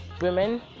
women